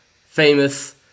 famous